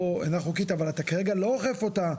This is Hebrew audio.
אינה חוקית אבל אתה כרגע לא אוכף אותה,